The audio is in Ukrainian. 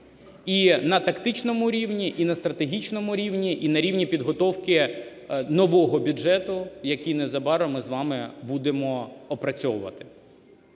і на тактичному рівні, і на стратегічному рівні, і на рівні підготовки нового бюджету, який незабаром ми з вами будемо опрацьовувати.